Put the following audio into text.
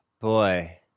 boy